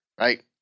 right